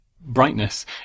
brightness